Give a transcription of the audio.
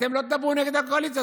אתם לא תדברו נגד הקואליציה,